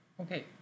Okay